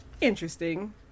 interesting